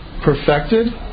perfected